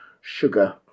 sugar